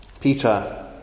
Peter